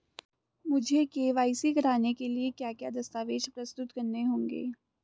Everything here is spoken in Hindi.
मुझे के.वाई.सी कराने के लिए क्या क्या दस्तावेज़ प्रस्तुत करने होंगे?